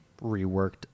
reworked